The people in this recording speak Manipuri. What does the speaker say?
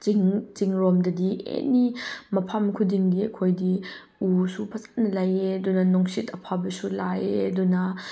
ꯆꯤꯡ ꯔꯣꯝꯗꯗꯤ ꯑꯦꯅꯤ ꯃꯐꯝ ꯈꯨꯗꯤꯡꯒꯤ ꯑꯩꯈꯣꯏꯗꯤ ꯎꯁꯨ ꯐꯖꯅ ꯂꯩꯌꯦ ꯑꯗꯨꯅ ꯅꯨꯡꯁꯤꯠ ꯑꯐꯕꯁꯨ ꯂꯥꯛꯑꯦ ꯑꯗꯨꯅ